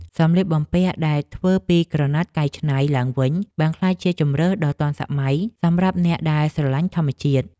សម្លៀកបំពាក់ដែលធ្វើពីក្រណាត់កែច្នៃឡើងវិញបានក្លាយជាជម្រើសដ៏ទាន់សម័យសម្រាប់អ្នកដែលស្រឡាញ់ធម្មជាតិ។